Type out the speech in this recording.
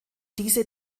diese